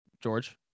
george